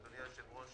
אדוני היושב-ראש,